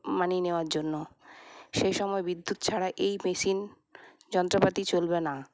মানিয়ে নেওয়ার জন্য সেই সময় বিদ্যুৎ ছাড়া এই মেশিন যন্ত্রপাতি চলবেনা